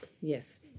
Yes